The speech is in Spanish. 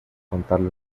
contarle